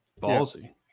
ballsy